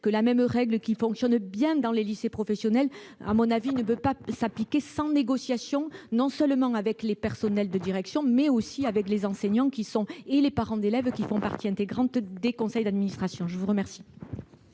que cette règle qui fonctionne bien dans les lycées professionnels ne peut pas être appliquée sans négociation non seulement avec les personnels de direction, mais aussi avec les enseignants et les parents d'élèves, qui font partie intégrante des conseils d'administration. La parole